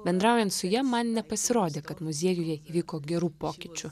bendraujant su ja man nepasirodė kad muziejuje įvyko gerų pokyčių